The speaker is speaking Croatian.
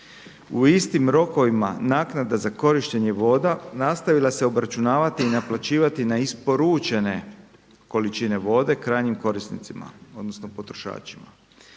U istim rokovima naknada za korištenje voda nastavila se obračunavati i naplaćivati na isporučene količine vode krajnjim korisnicima odnosno potrošačima.